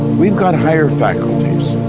we've got higher faculties.